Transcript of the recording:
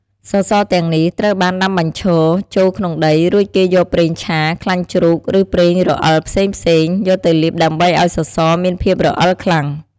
សសរទាំងនេះត្រូវបានដាំបញ្ឈរចូលក្នុងដី រួចគេយកប្រេងឆា ខ្លាញ់ជ្រូក ឬប្រេងរអិលផ្សេងៗយកទៅលាបដើម្បីឲ្យសសរមានភាពរអិលខ្លាំង។